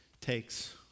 takes